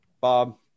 Bob